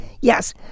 yes